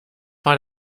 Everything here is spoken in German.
war